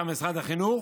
מטעם משרד החינוך.